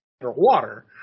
underwater